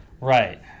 Right